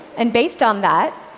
and based on that,